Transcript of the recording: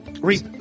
Reap